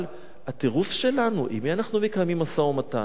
אבל הטירוף שלנו, עם מי אנחנו מקיימים משא-ומתן?